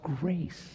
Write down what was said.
grace